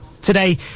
Today